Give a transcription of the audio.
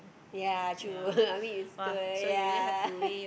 ya true I mean it's good ya